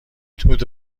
دود